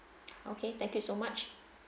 okay thank you so much